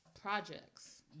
projects